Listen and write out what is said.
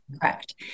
Correct